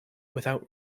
without